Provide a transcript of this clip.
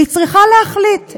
והיא צריכה להחליט.